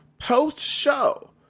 post-show